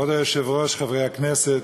כבוד היושב-ראש, חברי הכנסת,